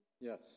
Yes